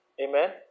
Amen